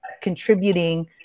contributing